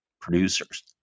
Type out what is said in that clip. producers